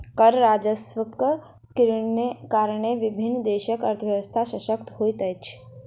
कर राजस्वक कारणेँ विभिन्न देशक अर्थव्यवस्था शशक्त होइत अछि